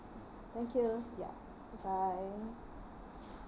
thank you ya bye